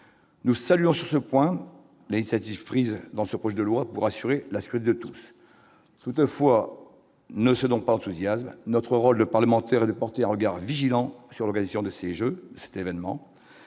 Nous saluons sur ce point, législatives prises dans ce projet de loi pour assurer la suite de toute toutefois ne cédons pas enthousiasme notre rôle de parlementaire et de porter un regard vigilant sur l'occasion de ces jeux événement